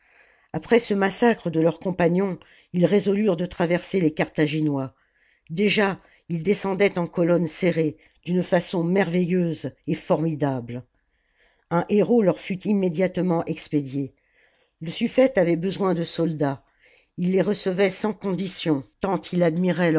après ce massacre de leurs compagnons ils résolurent de traverser les carthaginois déjà ils descendaient en colonnes serrées d'une façon merveilleuse et formidable un héraut leur fut immédiatement expédié le sufïete avait besoin de soldats il les recevait sans condition tant il admirait